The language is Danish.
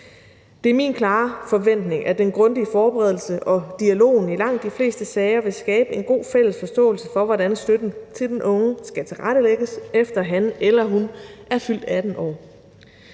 Det er min klare forventning, at den grundige forberedelse og dialogen i langt de fleste sager vil skabe en god fælles forståelse for, hvordan støtten til den unge skal tilrettelægges, efter at han eller hun er fyldt 18 år.